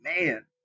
man